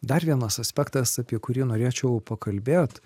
dar vienas aspektas apie kurį norėčiau pakalbėt